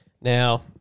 Now